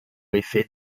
effet